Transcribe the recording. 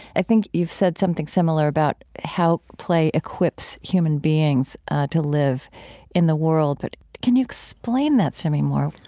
i think you've said something similar about how play equips human beings to live in the world. but can you explain that to me more?